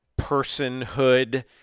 personhood